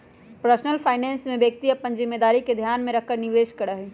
personal finance में व्यक्ति अपन जिम्मेदारी के ध्यान में रखकर निवेश करा हई